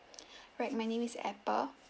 right my name is apple